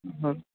হয়